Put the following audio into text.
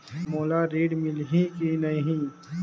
मोला ऋण मिलही की नहीं?